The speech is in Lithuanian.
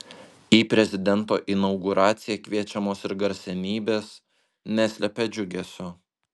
į prezidento inauguraciją kviečiamos ir garsenybės neslepia džiugesio